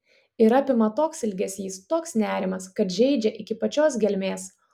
ir apima toks ilgesys toks nerimas kad žeidžia iki pačios gelmės